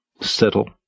Settle